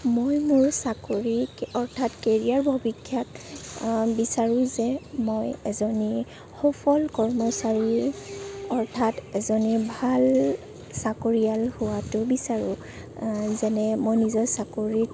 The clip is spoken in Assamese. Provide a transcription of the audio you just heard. মই মোৰ চাকৰি অৰ্থাৎ কেৰিয়াৰ বিচাৰোঁ যে মই এজনী সফল কৰ্মচাৰী অৰ্থাৎ এজনী ভাল চাকৰীয়াল হোৱাতো বিচাৰোঁ যেনে মই নিজে চাকৰি